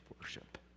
worship